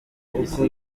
uko